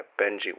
Benji